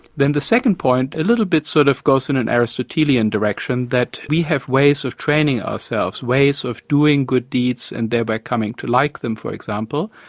then the second point, a little bit sort of goes in an aristotelian direction, that we have ways of training ourselves, ways of doing good deeds and thereby coming to like them, for example,